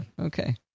okay